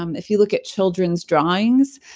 um if you look at children's drawings,